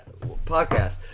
podcast